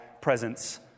presence